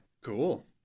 cool